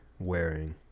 wearing